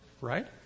right